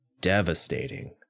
devastating